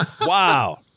Wow